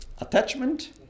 Attachment